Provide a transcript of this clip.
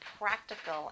practical